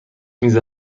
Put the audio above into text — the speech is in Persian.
میز